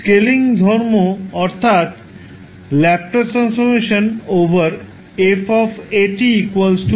scaling ধর্ম অর্থাৎ ℒ 𝑓 𝑎𝑡